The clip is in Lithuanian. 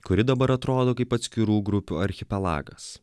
kuri dabar atrodo kaip atskirų grupių archipelagas